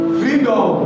freedom